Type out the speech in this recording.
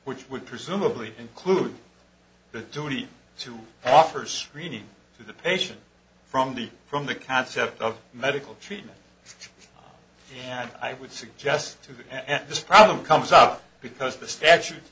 which would presumably include the duty to offer screening to the patient from the from the concept of medical treatment and i would suggest to the end this problem comes up because the statute